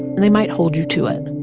and they might hold you to it.